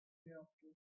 hereafter